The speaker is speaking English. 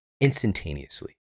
instantaneously